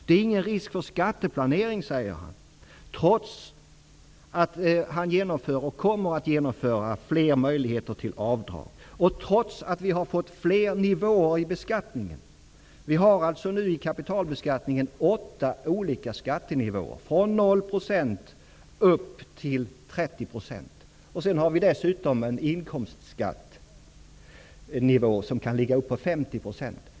Det är ingen risk för skatteplanering, säger han vidare, trots att han genomför och kommer att genomföra fler möjligheter till avdrag och trots att vi har fått fler nivåer i beskattningen. Vi har nu, som jag sagt, i kapitalbeskattningen åtta skattenivåer, från 0 % till 30 %, och dessutom en inkomstskatt på upp till 50 %.